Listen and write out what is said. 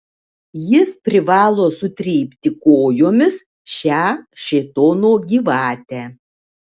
jis privalo sutrypti kojomis šią šėtono gyvatę